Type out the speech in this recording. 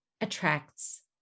attracts